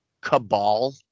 cabal